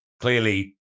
Clearly